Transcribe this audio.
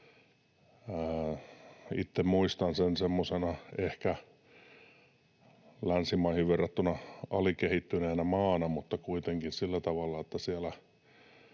itse muistan sen semmoisena ehkä länsimaihin verrattuna alikehittyneenä maana, mutta kuitenkin sillä tavalla, että siellä